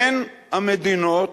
הן המדינות